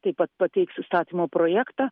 taip pat pateiks įstatymo projektą